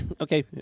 Okay